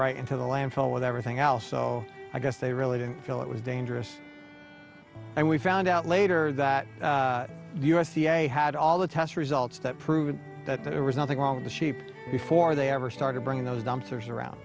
right into the landfill with everything else so i guess they really didn't feel it was dangerous and we found out later that the u s d a had all the test results that prove that there was nothing wrong in the sheep before they ever started bringing those dumpsters around